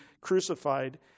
crucified